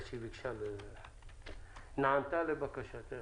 היא נענתה לבקשתך.